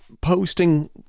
posting